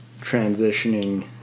transitioning